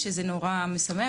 שזה נורא משמח,